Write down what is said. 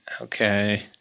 Okay